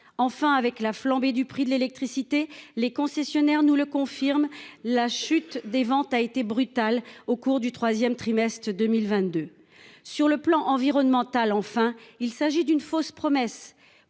enfin avec la flambée du prix de l'électricité, les concessionnaires nous le confirme la chute des ventes a été brutal au cours du 3ème trimestre 2022 sur le plan environnemental. Enfin, il s'agit d'une fausse promesse